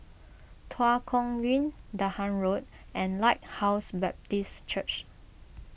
Tua Kong Green Dahan Road and Lighthouse Baptist Church